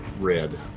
red